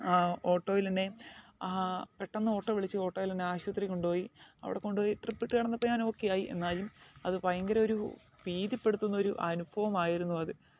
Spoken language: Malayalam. ഓട്ടോയിൽ എന്നെ പെട്ടെന്ന് ഓട്ടോ വിളിച്ച് ഓട്ടോയിൽ എന്നെ ആശുപത്രിയിൽ കൊണ്ടു പോയി അവടെ കൊണ്ട് പോയി ഡ്രിപ്പ് ഇട്ടു കിടന്നപ്പോൾ ഞാൻ ഒക്കെയായി എന്നാലും അത് ഭയങ്കര ഒരു ഭീതിപ്പെടുത്തുന്ന ഒരു അനുഭവമായിരുന്നു അത്